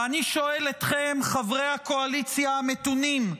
ואני שואל אתכם, חברי הקואליציה המתונים,